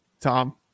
Tom